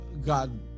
God